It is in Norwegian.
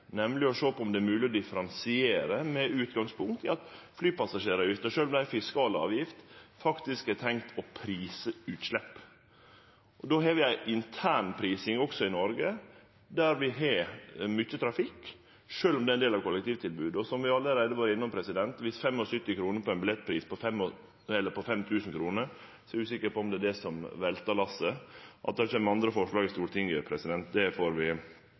det er ei fiskalavgift, faktisk er tenkt å prise utslepp. Vi har ei internprising i Noreg der vi har mykje trafikk, sjølv om det er ein del av kollektivtilbodet. Som vi allereie har vore innom, er eg usikker på om 75 kr av ein billettpris på 5 000 kr er det som veltar lasset. At det kjem andre forslag i Stortinget, får vi ta ein diskusjon om når den tida kjem. Eg meiner vi